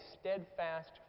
steadfast